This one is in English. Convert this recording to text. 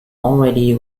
already